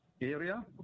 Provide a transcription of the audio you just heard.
area